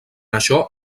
això